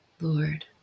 Lord